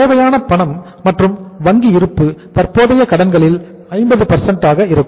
தேவையான பணம் மற்றும் வங்கி இருப்பு தற்போதைய கடன்களில் 50 ஆக இருக்கும்